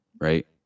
right